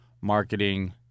marketing